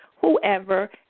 whoever